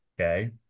Okay